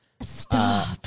Stop